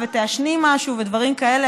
ותעשני משהו ודברים כאלה,